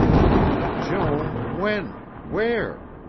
joan when where?